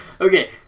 Okay